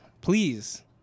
please